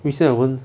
以为现在我们